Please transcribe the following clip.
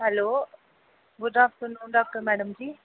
hello good afternoon doctor madam ji